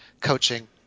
coaching